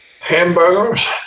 Hamburgers